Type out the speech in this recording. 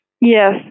Yes